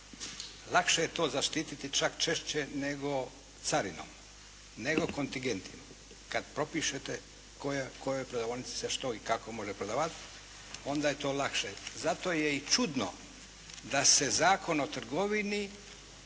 Lakše je to zaštiti, čak češće, nego carinom, nego kontigentima, kada propišete kojoj prodavaonici se što i kako može prodavati, onda je to lakše. Zato je i čudno da se zakon o trgovini,